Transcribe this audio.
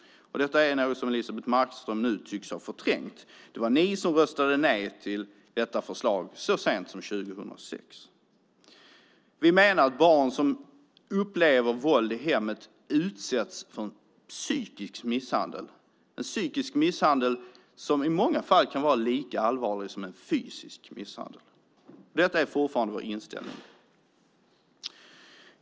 Det är något som Elisebeht Markström nu tycks ha förträngt. Det var ni som röstade nej till det förslaget så sent som 2006. Vi menar att barn som upplever våld i hemmet utsätts för en psykisk misshandel som i många fall kan vara lika allvarlig som en fysisk misshandel. Detta är fortfarande vår inställning.